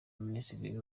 minisitiri